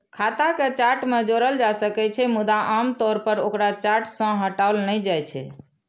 खाता कें चार्ट मे जोड़ल जा सकै छै, मुदा आम तौर पर ओकरा चार्ट सं हटाओल नहि जाइ छै